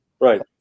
Right